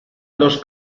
los